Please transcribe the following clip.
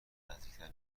نزدیکتر